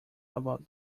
about